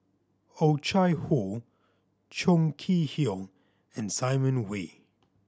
Oh Chai Hoo Chong Kee Hiong and Simon Wee